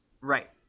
Right